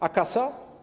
A kasa?